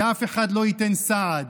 ואף אחד לא ייתן סעד,